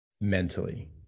Mentally